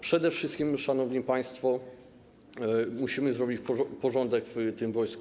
Przede wszystkim, szanowni państwo, musimy zrobić porządek w wojsku.